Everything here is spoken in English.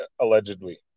Allegedly